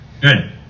Good